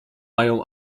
mają